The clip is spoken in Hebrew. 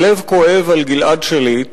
הלב כואב על גלעד שליט,